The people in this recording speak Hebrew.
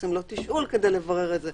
עושים לו תשאול כדי לברר את זה,